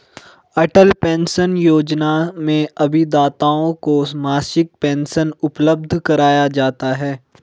अटल pension योजना में अभिदाताओं को मासिक पेंशन उपलब्ध कराया जाता है